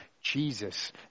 Jesus